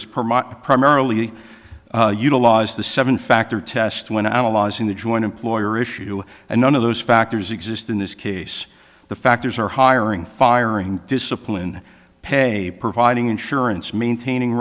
the primarily utilized the seven factor test when i was in the joint employer issue and none of those factors exist in this case the factors are hiring firing discipline pay providing insurance maintaining